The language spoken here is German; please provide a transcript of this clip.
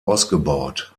ausgebaut